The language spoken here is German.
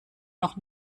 noch